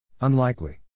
Unlikely